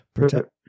Protect